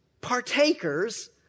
partakers